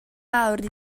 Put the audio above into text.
mawr